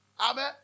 Amen